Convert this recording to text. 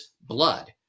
blood